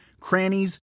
crannies